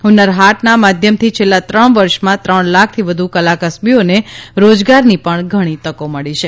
હુન્નર હાટના માધ્યમથી છેલ્લા ત્રણ વર્ષમાં ત્રણ લાખથી વધુ કલા કસબીઓને રોજગારની ઘણી તકો મળી છે